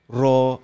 raw